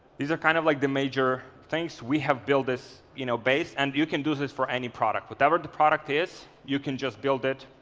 these are kind of like the major things we have built this you know base, and you can do this for any product. whatever the product is, you can just build it.